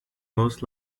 most